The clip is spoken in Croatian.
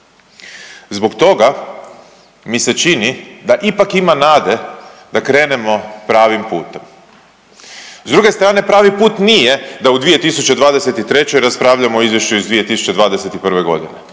Zbog toga mi se čini da ipak ima nade da krenemo pravim putem. S druge strane pravi put nije da u 2023. raspravljamo o izvješću iz 2021.g.,